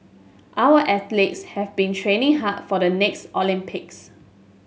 our athletes have been training hard for the next Olympics